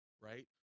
right